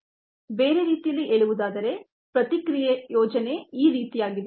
ಬೇರೆ ರೀತಿಯಲ್ಲಿ ಹೇಳುವುದಾದರೆ ಪ್ರತಿಕ್ರಿಯೆ ಯೋಜನೆ ಈ ರೀತಿಯಾಗಿದೆ